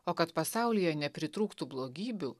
o kad pasaulyje nepritrūktų blogybių